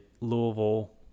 Louisville